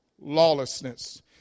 lawlessness